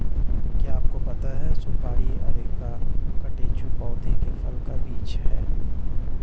क्या आपको पता है सुपारी अरेका कटेचु पौधे के फल का बीज है?